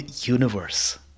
universe